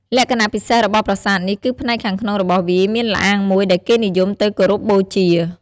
លក្ខណៈពិសេសរបស់ប្រាសាទនេះ គឺផ្នែកខាងក្នុងរបស់វាមានល្អាងមួយដែលគេនិយមទៅគោរពបូជា។